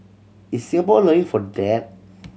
is Singapore allowing for that